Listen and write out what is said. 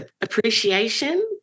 appreciation